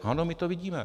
Ano, my to vidíme.